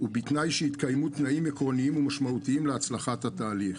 ובתנאי שיתקיימו תנאים עקרוניים ומשמעותיים להצלחת התהליך.